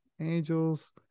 Angels